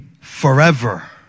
forever